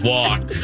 Walk